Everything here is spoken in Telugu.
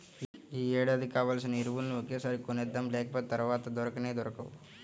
యీ ఏడాదికి కావాల్సిన ఎరువులన్నీ ఒకేసారి కొనేద్దాం, లేకపోతె తర్వాత దొరకనే దొరకవు